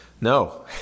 no